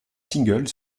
singles